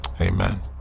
Amen